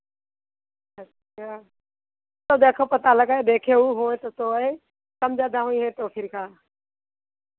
अच्छा तो देखहो पता लगे होय तो तो आए कम ज़्यादा होइहे तो फिर का